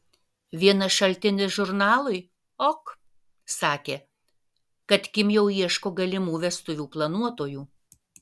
vienas šaltinis žurnalui ok sakė kad kim jau ieško galimų vestuvių planuotojų